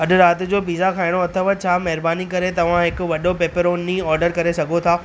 अॼु राति जो पिज़ा खाइणो अथव छा महिरबानी करे तव्हां हिकु वॾो पेपरोनी आडर करे सघो था